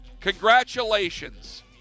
Congratulations